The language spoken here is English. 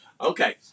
Okay